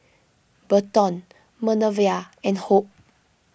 Berton Manervia and Hope